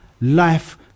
life